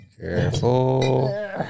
Careful